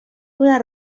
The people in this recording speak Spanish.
una